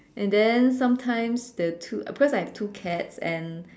and then sometimes the two because I have two cats and